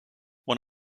one